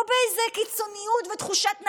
לא באיזה קיצוניות ותחושת נקם,